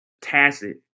tacit